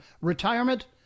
retirement